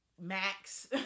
Max